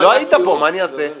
לא היית פה, מה אני אעשה?